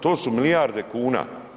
To su milijarde kuna.